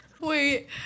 Wait